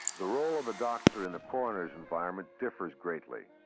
the role of a doctor in the coroner's environment differs greatly.